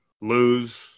lose